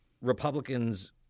Republicans